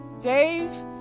Dave